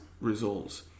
results